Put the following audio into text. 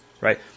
Right